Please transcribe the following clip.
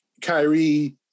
Kyrie